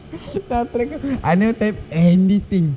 ராத்திரிக்கு:raathirikku I never typed anything